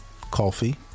coffee